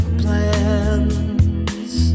plans